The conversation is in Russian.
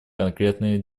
конкретные